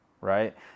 right